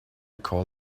call